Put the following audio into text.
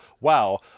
wow